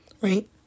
Right